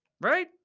Right